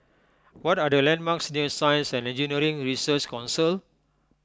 what are the landmarks near Science and Engineering Research Council